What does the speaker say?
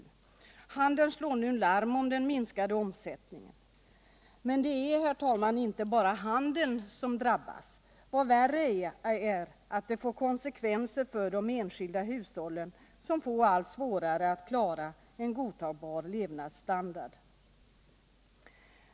Handeln slår nu larm om den minskade omsättningen. Men det är, herr talman, inte bara handeln som drabbas. Värre är att det får konsekvenser för de enskilda hushållen, som får allt svårare att klara en godtagbar levnadsstandard.